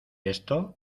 esto